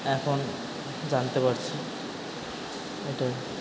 এখন জানতে পারছি এটাই